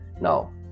Now